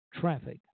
traffic